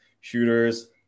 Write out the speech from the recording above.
shooters